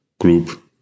group